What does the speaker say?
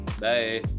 Bye